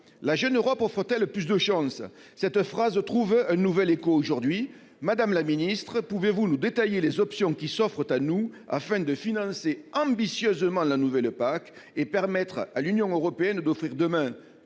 la jeune Europe offre-t-elle plus de chances ?» Cette phrase trouve un nouvel écho aujourd'hui. Madame la secrétaire d'État, pouvez-vous nous détailler les options qui s'offrent à nous, afin de financer ambitieusement la nouvelle PAC, de permettre à l'Union européenne d'offrir, demain,